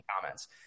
comments